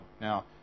Now